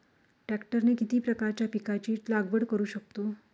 ट्रॅक्टरने किती प्रकारच्या पिकाची लागवड करु शकतो?